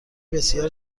بسیار